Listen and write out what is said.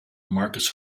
marcus